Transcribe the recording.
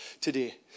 today